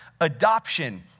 adoption